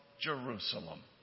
Jerusalem